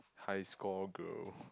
high score girl